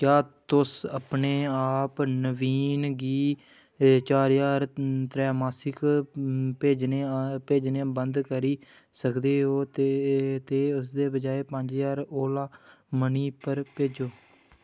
क्या तुस अपने आप नवीन गी चार ज्हार त्रैमासक भेजने बंद करी सकदे ओ ते इसदे बजाए पंज ज्हार ओला मनी पर भेजो